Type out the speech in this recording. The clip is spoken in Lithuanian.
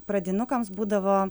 pradinukams būdavo